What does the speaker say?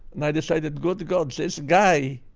and i decided, good god, this guy